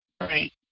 Right